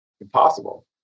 impossible